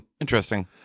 interesting